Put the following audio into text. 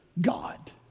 God